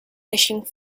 fishing